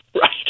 right